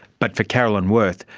but for carolyn worth,